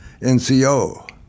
NCO